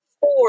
four